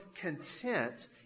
content